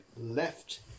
left